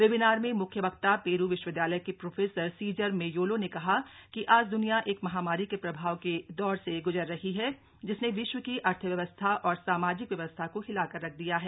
webinar में मुख्य वक्ता पेरू विश्वविदयालय के प्रोफेसर सीजर मेयोलो ने कहा कि आज द्वनिया एक माहमारी के प्रभाव के दौर से ग्जर रही है जिसने विश्व की अर्थव्यवस्था और सामाजिक व्यवस्था को हिलाकर रख दिया है